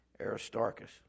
Aristarchus